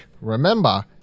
remember